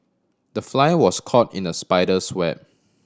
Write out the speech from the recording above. the fly was caught in the spider's web